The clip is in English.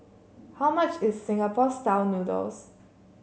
how much is Singapore style noodles